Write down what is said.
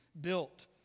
built